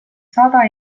saada